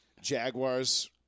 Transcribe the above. Jaguars